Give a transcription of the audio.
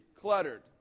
cluttered